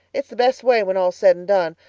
it's the best way, when all's said and done,